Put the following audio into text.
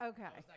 Okay